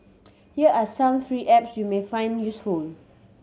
here are some free apps you may find useful